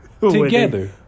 Together